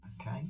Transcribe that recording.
Okay